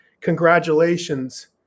congratulations